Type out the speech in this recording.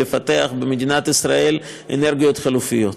לפתח במדינת ישראל אנרגיות חלופיות,